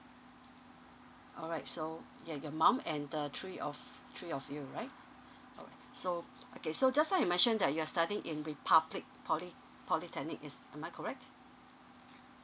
alright so yeah your mum and the three of three of you right alright so okay so just now you mentioned that you're studying in republic poly polytechnic is am I correct